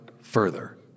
further